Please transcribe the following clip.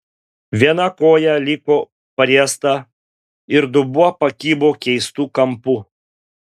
viena koja liko pariesta ir dubuo pakibo keistu kampu